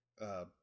uh-